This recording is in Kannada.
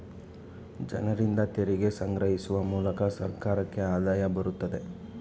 ಜನರಿಂದ ತೆರಿಗೆ ಸಂಗ್ರಹಿಸುವ ಮೂಲಕ ಸರ್ಕಾರಕ್ಕೆ ಆದಾಯ ಬರುತ್ತದೆ